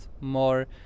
more